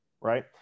right